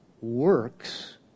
works